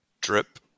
Drip